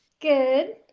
good